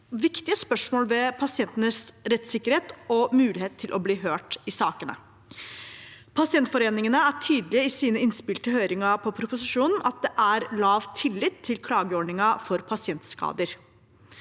viktige spørsmål ved pasientenes rettssikkerhet og mulighet til å bli hørt i sakene. Pasientforeningene er tydelige i sine innspill til høringen om proposisjonen på at det er lav tillit til klageordningen for pasientskader.